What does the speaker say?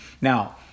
Now